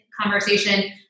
conversation